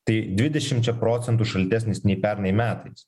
tai dvidešimčia procentų šaltesnis nei pernai metais